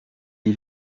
lis